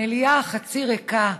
המליאה החצי ריקה,